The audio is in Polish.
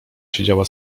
siedziała